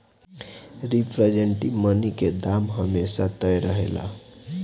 representative money के दाम हमेशा तय रहेला